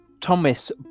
Thomas